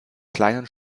kleinen